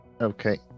Okay